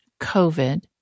COVID